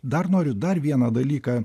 dar noriu dar vieną dalyką